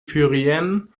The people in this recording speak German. pyrenäen